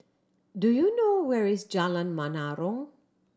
do you know where is Jalan Menarong